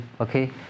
okay